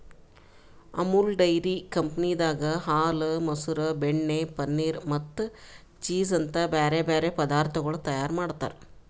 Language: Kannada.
ಅಮುಲ್ ಡೈರಿ ಕಂಪನಿದಾಗ್ ಹಾಲ, ಮೊಸರ, ಬೆಣ್ಣೆ, ಪನೀರ್ ಮತ್ತ ಚೀಸ್ ಅಂತ್ ಬ್ಯಾರೆ ಬ್ಯಾರೆ ಪದಾರ್ಥಗೊಳ್ ತೈಯಾರ್ ಮಾಡ್ತಾರ್